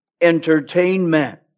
entertainment